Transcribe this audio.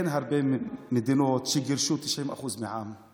אין הרבה מדינות שגירשו 90% מהעם.